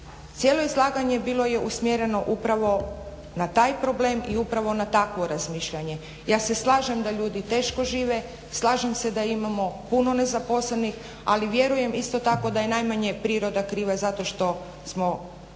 Cijelo izlaganje bilo je usmjereno upravo na taj problem i upravo na takvo razmišljanje. Ja se slažem da ljudi teško žive, slažem se da imamo puno nezaposlenih, ali vjerujem isto tako da je najmanje priroda kriva zato što je